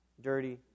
dirty